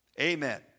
Amen